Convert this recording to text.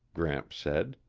gramps said.